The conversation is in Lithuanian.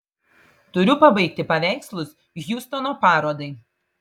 turiu pabaigti paveikslus hjustono parodai